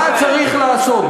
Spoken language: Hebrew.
מה צריך לעשות?